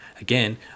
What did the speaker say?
again